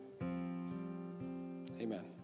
Amen